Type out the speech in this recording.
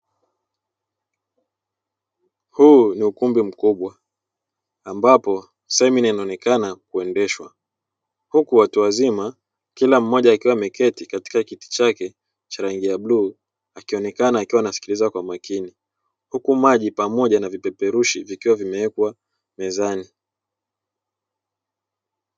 Huu ni ukumbi mkubwa ambapo semina inaonekana kuendeshwa huku watu wazima kila mmoja akiwa ameketi katika kiti chake cha rangi ya bluu akionekana akiwa anasikiliza kwa umakini, huku maji pamoja na vipeperushi vikiwa vimeweka mezani.